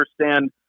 understand